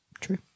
true